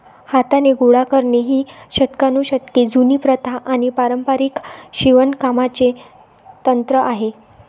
हाताने गोळा करणे ही शतकानुशतके जुनी प्रथा आणि पारंपारिक शिवणकामाचे तंत्र आहे